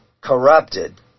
corrupted